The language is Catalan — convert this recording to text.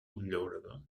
llaurador